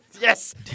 Yes